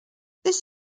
this